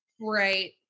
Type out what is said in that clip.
Right